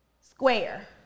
square